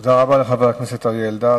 תודה רבה לחבר הכנסת אריה אלדד.